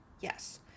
Yes